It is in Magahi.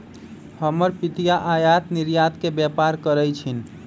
हमर पितिया आयात निर्यात के व्यापार करइ छिन्ह